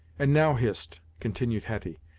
and, now, hist, continued hetty,